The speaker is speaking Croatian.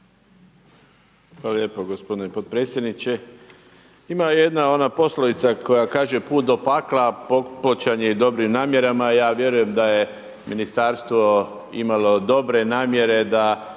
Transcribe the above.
Hvala lijepo gospodine potpredsjedniče. Ima jedna ona poslovica koja kaže put do pakla …/Govornik se ne razumije./… i dobrim namjerama, a ja vjerujem da je ministarstvo imalo dobre namjere da